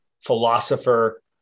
philosopher